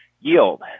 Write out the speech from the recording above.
yield